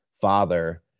father